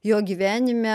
jo gyvenime